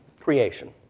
creation